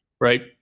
right